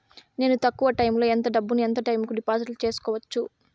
నేను తక్కువ టైములో ఎంత డబ్బును ఎంత టైము కు డిపాజిట్లు సేసుకోవచ్చు?